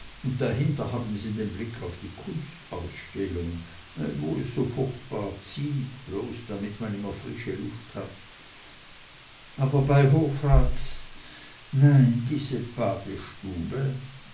dahinter haben sie den blick auf die kunstausstellung wo es so furchtbar zieht bloß damit man immer frische luft hat aber bei hofrats nein diese badestube